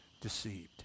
deceived